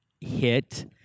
hit